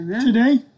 today